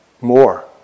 more